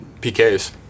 PK's